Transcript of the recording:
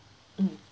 mm